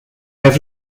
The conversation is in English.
have